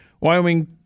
Wyoming